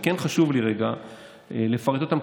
וכן חשוב לי לפרט אותם,